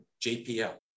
JPL